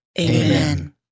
Amen